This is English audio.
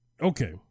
Okay